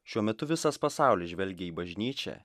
šiuo metu visas pasaulis žvelgia į bažnyčią